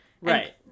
right